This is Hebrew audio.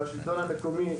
בשלטון המקומי,